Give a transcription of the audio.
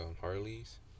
Harleys